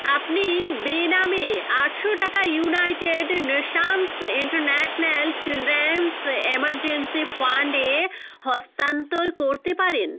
আপনি বেনামে আটশো টাকা United Nations International Children's Emergency ফান্ডে হস্তান্তর করতে পারেন